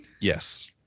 Yes